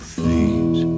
feet